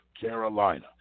Carolina